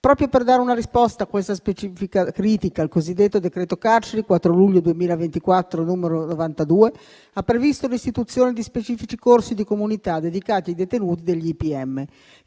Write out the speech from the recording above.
Proprio per dare una risposta a questa specifica critica, il cosiddetto decreto carceri del 4 luglio 2024, n. 92, ha previsto l'istituzione di specifici corsi di comunità dedicati ai detenuti degli IPM.